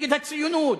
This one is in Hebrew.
נגד הציונות,